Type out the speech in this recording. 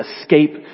escape